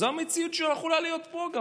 זו מציאות שיכולה להיות גם פה,